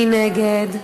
מי נגד?